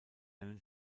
einen